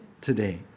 today